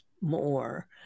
more